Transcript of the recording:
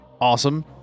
awesome